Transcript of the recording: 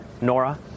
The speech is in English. Nora